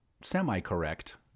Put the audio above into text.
semi-correct